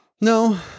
No